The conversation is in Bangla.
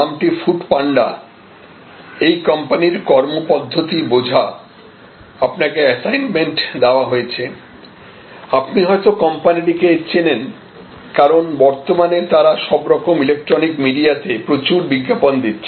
নামটি ফুডপান্ডা এই কোম্পানির কর্মপদ্ধতি বোঝা আপনাকে অ্যাসাইনমেন্ট দেওয়া হয়েছে আপনি হয়তো কোম্পানিটিকে চেনেন কারণ বর্তমানে তারা সব রকম ইলেকট্রনিক মিডিয়াতে প্রচুর বিজ্ঞাপন দিচ্ছে